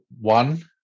one –